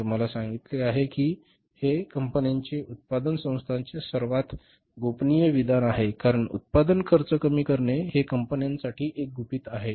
मी तुम्हाला सांगितले आहे की हे कंपन्यांचे उत्पादन संस्थांचे सर्वात गोपनीय विधान आहे कारण उत्पादन खर्च कमी करणे हे कंपन्यांसाठी एक गुपित आहे